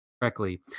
correctly